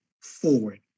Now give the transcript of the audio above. forward